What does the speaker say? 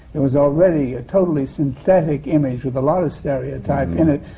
it was already a totally synthetic image with a lot of stereotype in it,